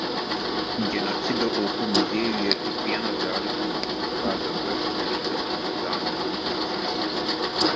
genocido aukų muziejuje kiekvienas gali pamatyti kgb sudarytas partizanų bunkerių schemas